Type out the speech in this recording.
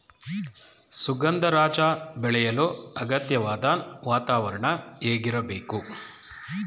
ಸುಗಂಧರಾಜ ಬೆಳೆಯಲು ಅಗತ್ಯವಾದ ವಾತಾವರಣ ಹೇಗಿರಬೇಕು?